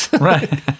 Right